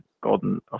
Golden